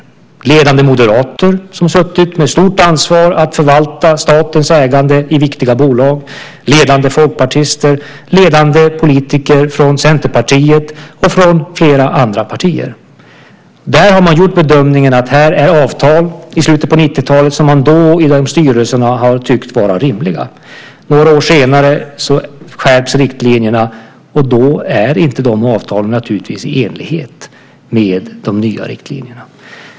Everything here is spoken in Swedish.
Vi har ledande moderater som suttit med stort ansvar att förvalta statens ägande i viktiga bolag, ledande folkpartister, ledande politiker från Centerpartier och från flera andra partier. Man gjorde i dessa styrelser i slutet av 90-talet bedömningen att avtalen var rimliga. Några år senare skärps riktlinjerna och då är de avtalen naturligtvis inte i enlighet med de nya riktlinjerna.